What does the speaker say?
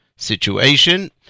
situation